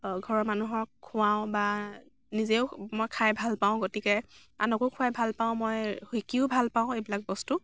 ঘৰৰ মানুহক খুৱাওঁ বা নিজেও মই খাই ভাল পাওঁ গতিকে আনকো খুৱাই ভাল পাওঁ মই শিকিও ভাল পাওঁ এইবিলাক বস্তু